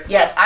Yes